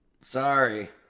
Sorry